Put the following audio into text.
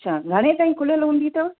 अच्छा घणे ताईं खुलियल हूंदी अथव